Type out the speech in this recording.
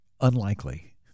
Unlikely